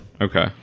Okay